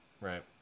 right